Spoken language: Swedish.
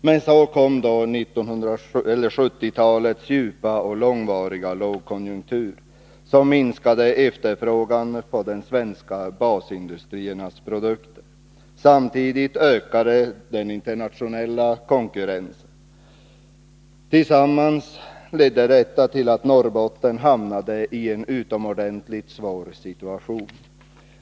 Men så kom 1970-talets djupa och långvariga lågkonjunktur, som medförde en minskad efterfrågan på de svenska basindustriernas produkter. Samtidigt ökade den internationella konkurrensen. Tillsammans ledde detta tillatt Norrbotten hamnade i en utomordentligt svår situation.